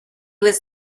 was